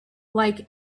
like